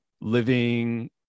living